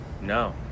No